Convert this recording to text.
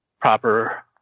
proper